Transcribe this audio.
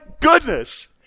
goodness